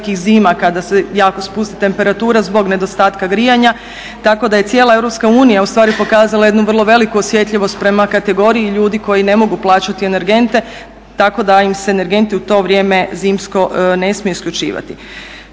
kada se jako spusti temperatura zbog nedostatka grijanja, tako da je cijela EU u stvari pokazala jednu vrlo veliku osjetljivost prema kategoriji ljudi koji ne mogu plaćati energente, tako da im se energenti u to vrijeme zimsko ne smiju isključivati.